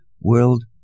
world